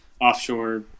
offshore